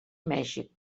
mèxic